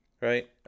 Right